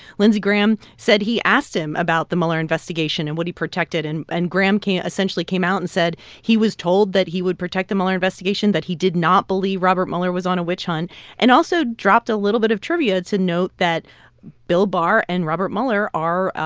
lindsey graham said he asked him about the mueller investigation and would he protect it? and and graham essentially came out and said he was told that he would protect the mueller investigation, that he did not believe robert mueller was on a witch hunt and also dropped a little bit of trivia to note that bill barr and robert mueller are,